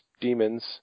demons